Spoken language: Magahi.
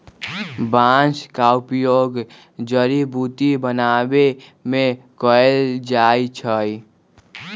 बांस का उपयोग जड़ी बुट्टी बनाबे में कएल जाइ छइ